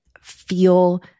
feel